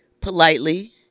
politely